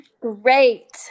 Great